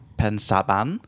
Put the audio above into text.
pensaban